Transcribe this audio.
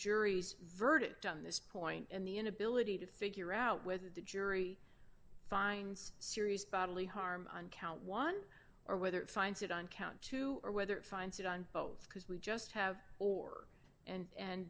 jury's verdict on this point and the inability to figure out whether the jury finds serious bodily harm on count one or whether it finds it on count two or whether it finds it on both because we just have or and